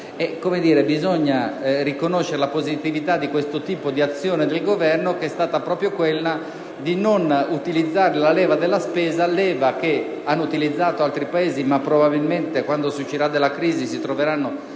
allora riconoscere la positività di questo tipo di azione del Governo, che è stata proprio quella di non utilizzare la leva della spesa come hanno fatto altri Paesi i quali quando si uscirà dalla crisi si troveranno